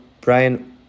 Brian